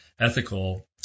ethical